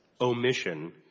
omission